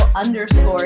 underscore